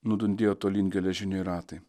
nudundėjo tolyn geležiniai ratai